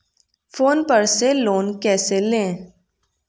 Phone पर से loan कैसे लें?